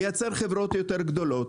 לייצר חברות יותר גדולות,